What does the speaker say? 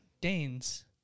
Danes